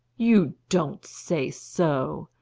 you don't say so!